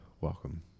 welcome